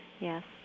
yes